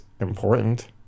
important